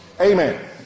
Amen